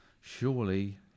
Surely